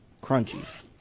Crunchy